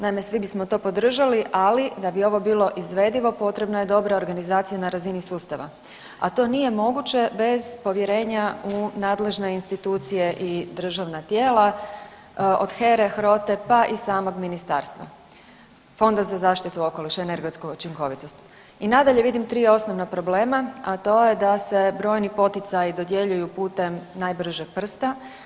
Naime, svi bismo to podržali, ali da bi ovo bilo izvedivo potrebna je dobra organizacija na razini sustava, a to nije moguće bez povjerenja u nadležne institucije i državna tijela od HERA-e, HROTE, pa i samog ministarstva Fonda za zaštitu okoliša i energetsku učinkovitost i nadalje vidim 3 osnovna problema, a to je da se brojni poticaji dodjeljuju putem najbržeg prsta.